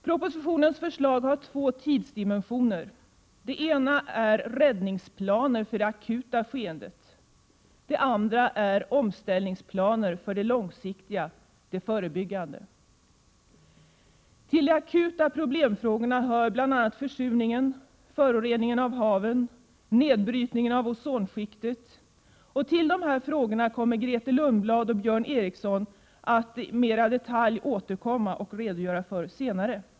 Propositionens förslag har två tidsdimensioner. Den ena är räddningsplaner för det akuta skedet, den andra är omställningsplaner för det långsiktiga, det förebyggande. Till de akuta problemfrågorna hör bl.a. försurningen, föroreningen av haven och nedbrytningen av ozonskiktet. Dessa frågor kommer Grethe Lundblad och Björn Ericson att mera i detalj redogöra för senare.